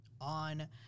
on